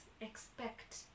expect